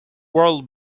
world